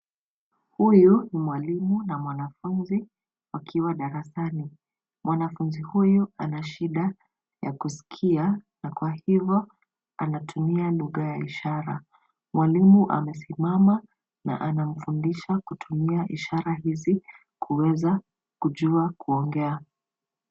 Huyu ni mwalimu na mwanafunzi wakiwa darasani. Mwanafunzi huyu ana shida ya kusikia na kwa hivyo anatumia lugha ya ishara. Mwalimu amesimama na anamfundisha kutumia ishara hizi kuweza kujua kuongea.